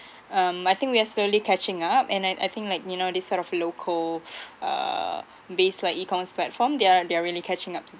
um I think we are slowly catching up and I I think like you know this sort of local uh base like e-commerce platform they are they are really catching up